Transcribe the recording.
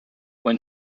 when